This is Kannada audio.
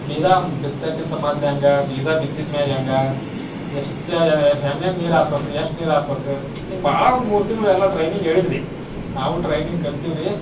ಬೀಜ ಬಿತ್ತೋಕ್ಕಿಂತ ಮೊದ್ಲು ಹೆಂಗೆ ಬೀಜ ಬಿತ್ತಿದ ಮ್ಯಾಗ ಹೆಂಗೆ ಎಷ್ಟು ಜಾಗ ಹೆಂಗೆಂಗೆ ನೀರು ಹಾಸ್ಬೇಕು ಎಷ್ಟು ನೀರು ಹಾಸ್ಬೇಕು ಹಿಂಗೆ ಭಾಳ ಒಂದು ಮೂರು ತಿಂಗ್ಳು ಎಲ್ಲ ಟ್ರೈನಿಂಗ್ ಹೇಳಿದ್ರಿ ನಾವು ಟ್ರೈನಿಂಗ್ ಕಲ್ತೀವಿ ರೀ